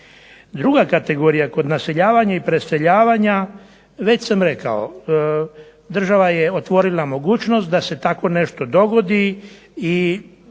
Druga kategorija kod naseljavanja i preseljavanja već sam rekao država je otvorila mogućnost da se takvo nešto dogodi i